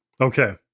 Okay